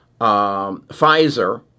Pfizer